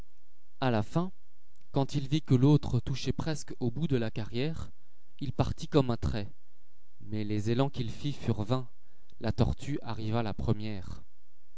a la fin quand il vît que l'autre touchait presque au bout de la carrière lï partit comme un trait mais les élans qu'il fît furent vains la tortue arriva la première